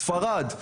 ספרד,